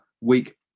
week